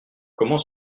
comment